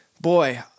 Boy